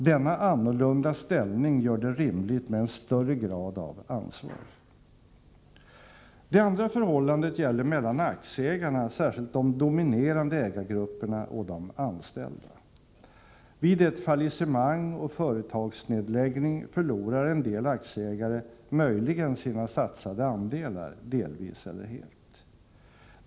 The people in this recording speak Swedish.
Denna annorlunda ställning gör det rimligt med en högre grad av ansvar. Det andra gäller förhållandet mellan aktieägarna, särskilt de dominerande ägargrupperna, och de anställda. Vid ett fallissemang och en företagsnedläggning förlorar en del aktieägare möjligen sina satsade andelar, delvis eller helt.